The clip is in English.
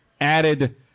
added